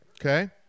okay